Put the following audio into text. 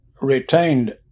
retained